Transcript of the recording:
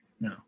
No